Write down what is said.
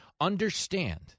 Understand